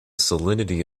salinity